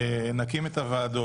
נקים את הוועדות.